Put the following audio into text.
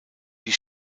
die